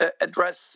address